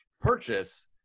purchase